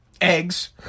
eggs